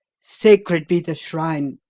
sacred be the shrine!